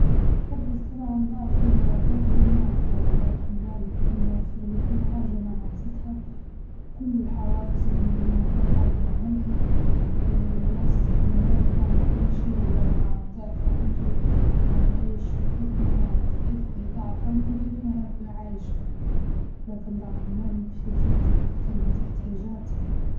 أفضل طبعاً ضعف ضعف المال، طبعاً ضعف المال اللي يكون يوفرلي كل حاجة أنا عاوزتها وكل الحوافز اللي نبي نعملها بنعملها، ب- بواسطة المال بنعمل كل شي أما ضعف عمري فهنعيش كيف ما أنا يعني، كيف ضعف عمري كيف ما أنا أبقى عايشة لكن ضعف المال مفيد جداً في تلبية احتياجاتي.